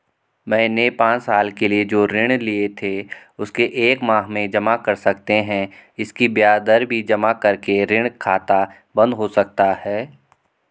मैंने पांच साल के लिए जो ऋण लिए थे उसे एक माह में जमा कर सकते हैं इसकी ब्याज दर भी जमा करके ऋण खाता बन्द हो सकता है?